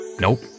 Nope